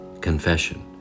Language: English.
Confession